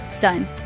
Done